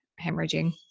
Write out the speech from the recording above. hemorrhaging